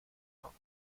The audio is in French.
mains